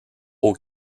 aux